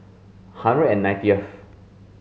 hundred and nineteenth